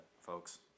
folks